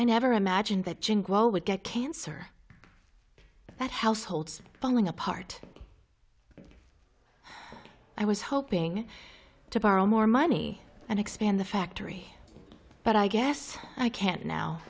jingle would get cancer that households falling apart i was hoping to borrow more money and expand the factory but i guess i can't now